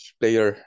player